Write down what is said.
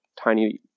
tiny